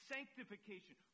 Sanctification